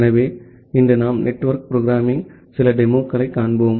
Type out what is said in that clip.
ஆகவே இன்று நாம் நெட்வொர்க் புரோகிராமிங்ன் சில டெமோக்களைக் காண்போம்